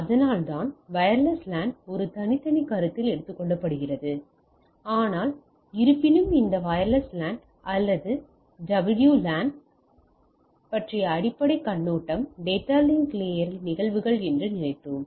அதனால்தான் wireless LAN ஒரு தனித்தனி கருத்தில் எடுத்துக்கொள்ளப்படுகிறது ஆனால் இருப்பினும் இந்த வயர்லெஸ் லேன் அல்லது டபிள்யுஎல்ஏஎன் பற்றிய அடிப்படை கண்ணோட்டம் டேட்டா லிங்க் லேயர்ல் நிகழ்வுகள் என்று நினைத்தோம்